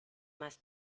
más